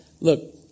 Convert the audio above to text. Look